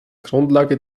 grundlage